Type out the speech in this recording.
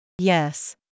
Yes